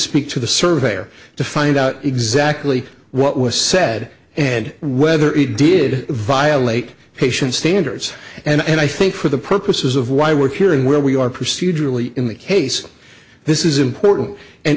speak to the surveyor to find out exactly what was said and whether it did violate patient standards and i think for the purposes of why we're hearing where we are pursued really in the case this is important and